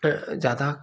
ज़्यादा